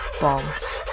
Bombs